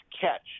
catch